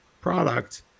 product